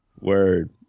Word